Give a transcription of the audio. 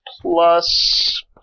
plus